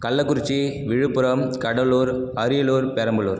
Kallakurichi Viluppuram Cuddalore Ariyalur Perambalur